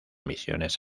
misiones